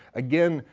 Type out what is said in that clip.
again,